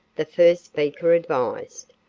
the first speaker advised.